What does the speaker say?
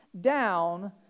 down